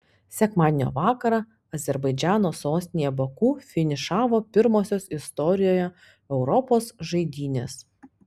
sekmadienio vakarą azerbaidžano sostinėje baku finišavo pirmosios istorijoje europos žaidynės